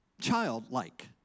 childlike